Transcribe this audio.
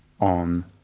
on